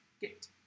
get